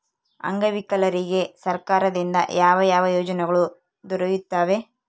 ಅಂಗವಿಕಲರಿಗೆ ಸರ್ಕಾರದಿಂದ ಯಾವ ಯಾವ ಯೋಜನೆಗಳು ದೊರೆಯುತ್ತವೆ?